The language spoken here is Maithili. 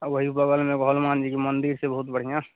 आ ओहि बगलमे एगो हलुमानजीके मन्दिर छै बहुत बढ़िआँ